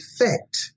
effect